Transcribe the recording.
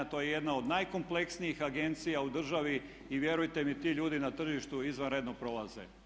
To je jedna od najkompleksnijih agencija u državi i vjerujte mi ti ljudi na tržištu izvanredno prolaze.